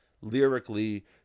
lyrically